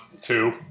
Two